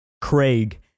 Craig